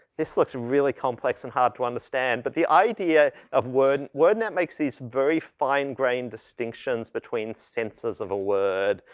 this looks really complex and hard to understand. but the idea of word wordnet makes these very fine grain distinctions between senses of a word.